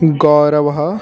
गौरवः